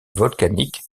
volcanique